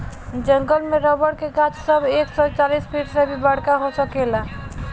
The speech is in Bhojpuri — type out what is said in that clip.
जंगल में रबर के गाछ सब एक सौ चालीस फिट से भी बड़का हो सकेला